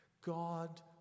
God